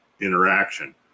interaction